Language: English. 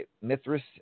Mithras